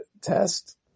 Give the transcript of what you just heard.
test